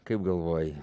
kaip galvoji